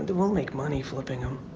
they will make money flipping em.